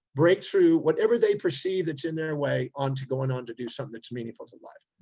breakthrough, whatever they perceive, that's in their way onto going on to do something that's meaningful to life.